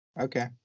Okay